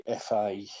FA